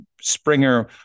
Springer